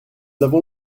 avons